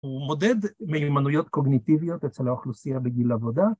‫הוא מודד מיומנויות קוגניטיביות ‫אצל האוכלוסייה בגיל העבודה.